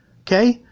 Okay